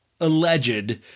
alleged